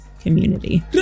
community